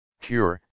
Cure